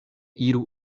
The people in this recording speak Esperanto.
iru